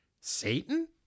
Satan